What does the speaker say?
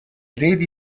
reti